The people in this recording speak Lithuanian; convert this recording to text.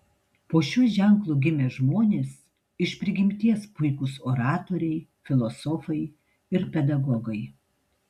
po šiuo ženklu gimę žmonės iš prigimties puikūs oratoriai filosofai ir pedagogai